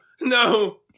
no